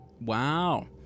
Wow